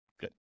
Good